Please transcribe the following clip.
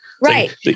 Right